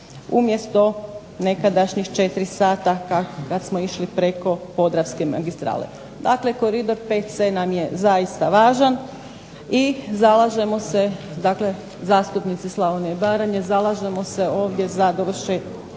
umjesto nekadašnjih 4 sata kad smo išli preko Podravske magistrale. Dakle, Koridor VC nam je zaista važan. I zalažemo se, dakle zastupnici Slavonije i Baranje, zalažemo se ovdje za dovršetak.